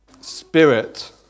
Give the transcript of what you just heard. spirit